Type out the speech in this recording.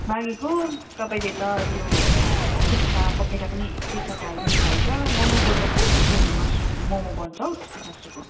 मागेको तपाईँले त त्यो खुट्टा पखेटा पनि एकैसाथ हालिदिनु भएछ मोमोको त कहाँ त्यस्तो मासु मोमो बन्छ हौ त्यस्तो मासुको